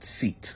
seat